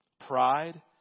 Pride